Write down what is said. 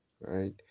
right